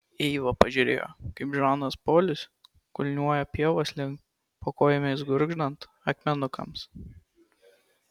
eiva pažiūrėjo kaip žanas polis kulniuoja pievos link po kojomis gurgždant akmenukams